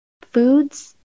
foods